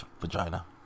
Vagina